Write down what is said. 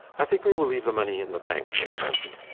i think we will leave the money in the bank for the present.